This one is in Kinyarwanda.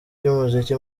ry’umuziki